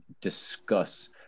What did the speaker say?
discuss